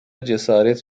cesaret